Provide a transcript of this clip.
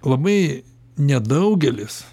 labai nedaugelis